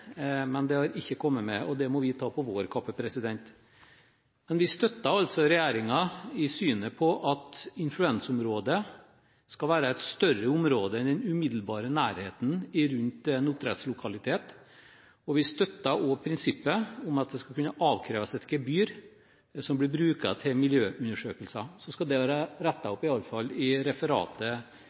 men det har ikke kommet med, og det må vi ta på vår kappe. Men vi støtter altså regjeringen i synet på at influensområdet skal være et større område enn den umiddelbare nærheten rundt en oppdrettslokalitet, og vi støtter også prinsippet om at det skal kunne avkreves et gebyr som blir brukt til miljøundersøkelser. Så skal det være rettet opp, iallfall i referatet